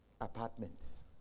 apartments